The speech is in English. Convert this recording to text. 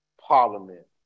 Parliament